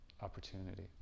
opportunity